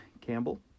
Campbell